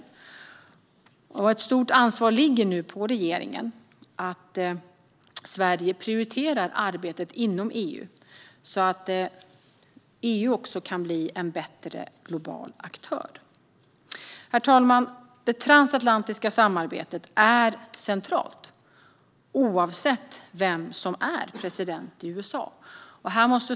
Det ligger nu ett stort ansvar på regeringen att Sverige prioriterar arbetet inom EU, så att EU också kan bli en bättre global aktör. Herr talman! Det transatlantiska samarbetet är centralt, oavsett vem som är president i USA.